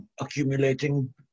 accumulating